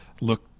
look